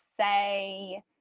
say